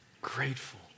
grateful